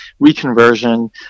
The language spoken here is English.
reconversion